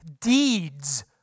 deeds